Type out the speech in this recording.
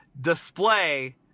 display